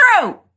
true